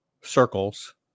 circles